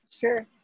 Sure